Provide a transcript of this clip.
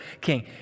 king